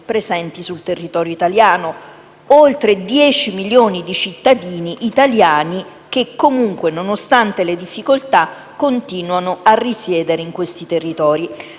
presenti sul territorio italiano; oltre 10 milioni di cittadini italiani che comunque, nonostante le difficoltà, continuano a risiedere in questi territori.